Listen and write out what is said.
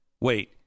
wait